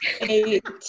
Eight